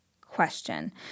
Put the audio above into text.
question